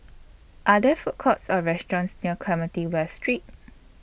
Are There Food Courts Or restaurants near Clementi West Street